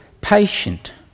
patient